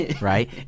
Right